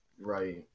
Right